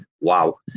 Wow